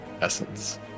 essence